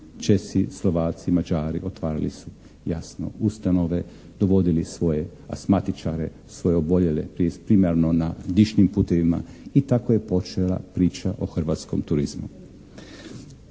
Česi, Slovaci, Mađari otvarali su jasno ustanove, dovodili svoje asmatičare, svoje oboljele primarno na dišnim putevima i tako je počela priča o hrvatskom turizmu.